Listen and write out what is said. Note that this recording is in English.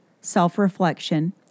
self-reflection